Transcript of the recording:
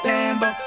Lambo